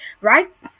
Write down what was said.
right